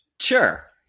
sure